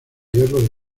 hierro